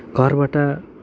घरबाट